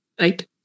right